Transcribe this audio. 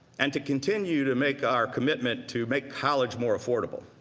and to continue to make our commitment to make college more affordable.